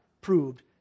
proved